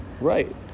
Right